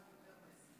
זה קצת יותר מ-20%.